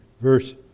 verse